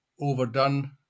overdone